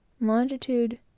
longitude